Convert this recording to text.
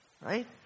Right